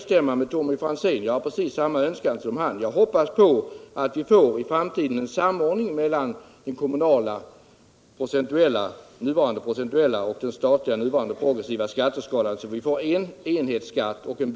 Sedan hoppas jag precis som Tommy Franzén att vi i framtiden skall få en samordning mellan den kommunala, f. n. procentuella, och den statliga, nu progressiva skatteskalan, så att vi får en enhetsskatt och en